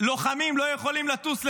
לוחמים לא יכולים לטוס לחו"ל.